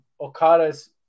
Okada's